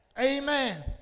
Amen